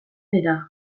dira